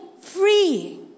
free